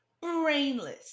Brainless